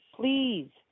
Please